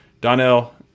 Donnell